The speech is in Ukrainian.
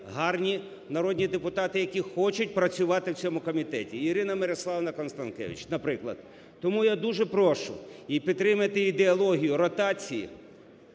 гарні народні депутати, які хочуть працювати в цьому комітеті, – Ірина Мирославівна Констанкевич, наприклад. Тому я дуже прошу і підтримати ідеологію ротації,